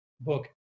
book